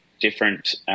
different